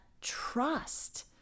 trust